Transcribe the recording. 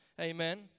Amen